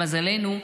למזלנו,